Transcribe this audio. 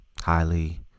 highly